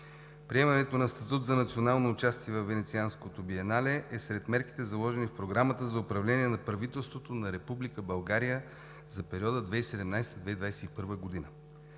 Приемането на статут за национално участие във Венецианското биенале е сред мерките, заложени в Програмата за управление на правителството на Република България за периода 2017 – 2021 г.